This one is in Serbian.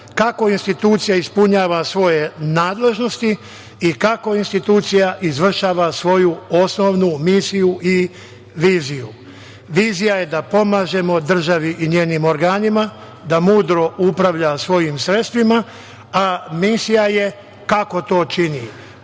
kako institucija ispunjava svoje nadležnosti i kako institucija izvršava svoju osnovnu misiju i viziju. Vizija je da pomažemo državi i njenim organima da mudro upravlja svojim sredstvima, a misija je kako to čini,